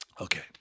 Okay